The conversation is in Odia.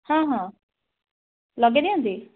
ହଁ ହଁ ଲଗେଇ ଦିଅନ୍ତି